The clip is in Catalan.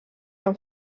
amb